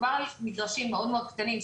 מדובר על מגרשים מאוד מאוד קטנים,